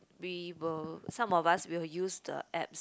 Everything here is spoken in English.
we will some of us we will use the apps